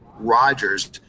Rodgers